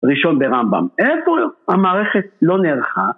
ראשון ברמב״ם, איפה המערכת לא נערכה?